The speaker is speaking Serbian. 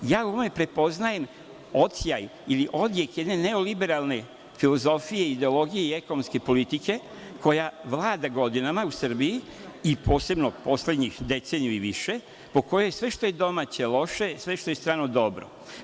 U ovome prepoznajem odsjaj ili odjek jedne neoliberalne filozofije i ideologije i ekonomske politike, koja vlada godinama u Srbiji, i posebno poslednjih deceniju i više, po kojoj sve što je domaće loše je, sve što je strano dobro je.